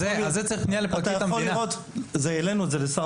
הראנו את זה בדיון לשר